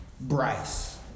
Bryce